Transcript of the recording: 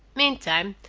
meantime,